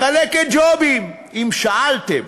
מחלקת ג'ובים, אם שאלתם,